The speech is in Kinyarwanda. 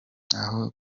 aho